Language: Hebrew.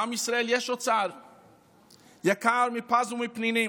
לעם ישראל יש אוצר יקר מפז ומפנינים,